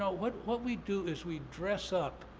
ah what what we do is we dress up